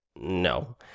No